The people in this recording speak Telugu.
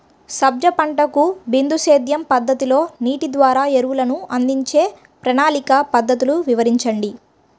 సజ్జ పంటకు బిందు సేద్య పద్ధతిలో నీటి ద్వారా ఎరువులను అందించే ప్రణాళిక పద్ధతులు వివరించండి?